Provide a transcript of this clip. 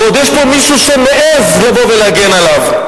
ועוד יש פה מישהו שמעז לבוא ולהגן עליו.